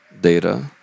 data